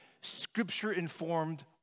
scripture-informed